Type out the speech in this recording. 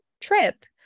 trip